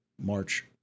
March